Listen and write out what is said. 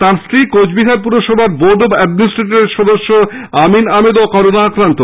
তাঁর স্ত্রী কোচবিহার পৌরসভার বোর্ড অফ অ্যাডমিনিস্ট্রেটরের সদস্য আমিন আহ্মেদ করোনা আক্রান্ত